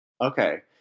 okay